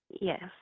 Yes